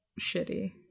shitty